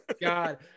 God